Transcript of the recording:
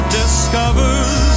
discovers